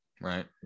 Right